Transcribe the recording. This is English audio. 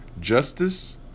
Justice